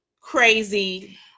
crazy